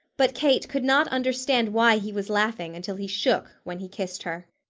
but kate could not understand why he was laughing until he shook when he kissed her.